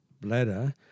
bladder